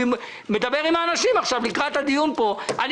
דיברתי עם האנשים לקראת הדיון פה ואני